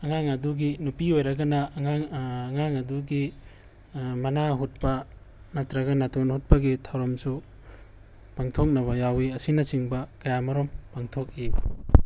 ꯑꯉꯥꯡ ꯑꯗꯨꯒꯤ ꯅꯨꯄꯤ ꯑꯣꯏꯔꯒꯅ ꯑꯉꯥꯡ ꯑꯉꯥꯡ ꯑꯗꯨꯒꯤ ꯃꯅꯥ ꯍꯨꯠꯄ ꯅꯠꯇ꯭ꯔꯒ ꯅꯥꯇꯣꯟ ꯍꯨꯠꯄꯒꯤ ꯊꯧꯔꯝꯁꯨ ꯄꯥꯡꯊꯣꯛꯅꯕ ꯌꯥꯎꯋꯤ ꯑꯁꯤꯅꯆꯤꯡꯕ ꯀꯌꯥ ꯑꯃꯔꯣꯝ ꯄꯥꯡꯊꯣꯛꯏ